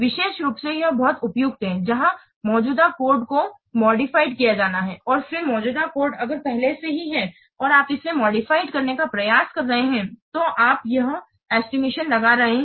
विशेष रूप से यह बहुत उपयुक्त है जहां मौजूदा कोड को मॉडिफाइड किया जाना है और मौजूदा कोड अगर पहले से ही है और आप ुइसे मॉडिफाइड करने का प्रयास कर रहे हैं तो आप यह एस्टिमेशनलगा रहे हैं